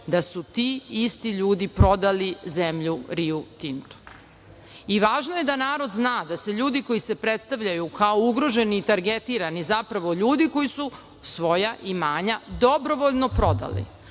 da su ti isti ljudi prodali zemlju Rio Tintu. Važno je da narod zna da se ljudi koji se predstavljaju kao ugroženi i targetirani su zapravo ljudi koji su svoja imanja dobrovoljno prodali,